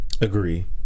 Agree